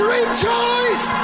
rejoice